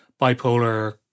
bipolar